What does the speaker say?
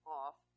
off